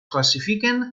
classifiquen